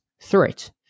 threat